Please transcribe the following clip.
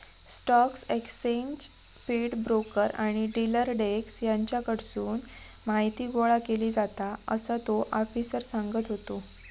stock exchange feed, broker आणि dealer desk हेच्याकडसून माहीती गोळा केली जाता, असा तो आफिसर सांगत होतो